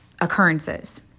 occurrences